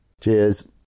Cheers